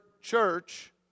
church